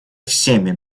всеми